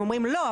אז אומרים לא,